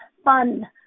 fun